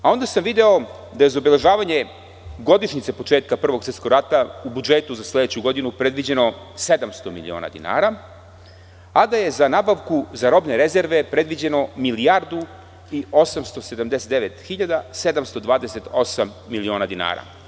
Onda sam video da je za obeležavanje godišnjice početka Prvog svetskog rata u budžetu za sledeću godinu predviđeno 700 miliona dinara, a da je za nabavku za robne rezerve predviđeno milijardu i 879 miliona 728 hiljada dinara.